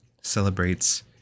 celebrates